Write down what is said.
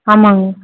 ஆமாங்க